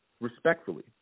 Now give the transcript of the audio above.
respectfully